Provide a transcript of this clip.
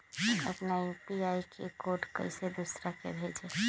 अपना यू.पी.आई के कोड कईसे दूसरा के भेजी?